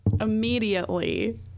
Immediately